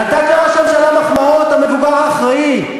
נתת לראש הממשלה מחמאות, המבוגר האחראי.